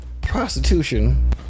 Prostitution